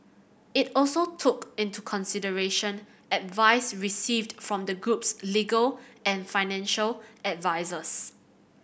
it also took into consideration advice received from the group's legal and financial advisers